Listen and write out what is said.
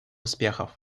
успехов